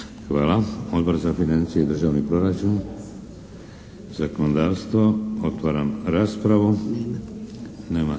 Hvala. Odbor za financije i državni proračun? Zakonodavstvo? Otvaram raspravu. Nema